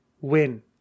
win